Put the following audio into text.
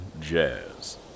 Jazz